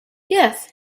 yes